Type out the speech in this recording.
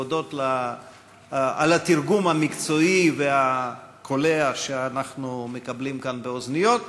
להודות על התרגום המקצועי והקולח שאנחנו מקבלים כאן באוזניות.